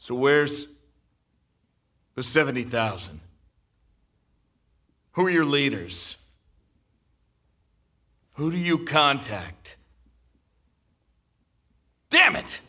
so where's the seventy thousand who are your leaders who do you contact dammit